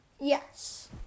Yes